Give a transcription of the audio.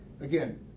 again